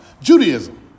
Judaism